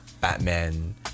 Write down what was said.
Batman